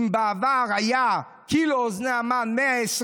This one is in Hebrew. אם בעבר קילו אוזני המן היה 120